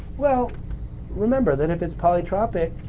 well remember then if it's polytropic